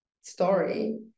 story